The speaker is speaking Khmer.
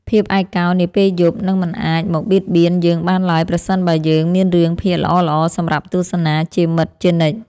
ភាពឯកោនាពេលយប់នឹងមិនអាចមកបៀតបៀនយើងបានឡើយប្រសិនបើយើងមានរឿងភាគល្អៗសម្រាប់ទស្សនាជាមិត្តជានិច្ច។